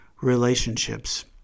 relationships